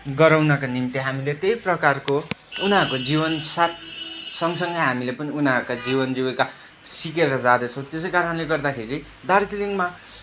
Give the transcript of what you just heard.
गराउनका निम्ति हामीले त्यही प्रकारको उनीहरूको जीवन साथ सँगसँगै हामीले पनि उनीहरूको जीवन जीविका सिकेर जाँदैछौँ त्यसै कारणले गर्दाखेरि दार्जिलिङमा